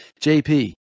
JP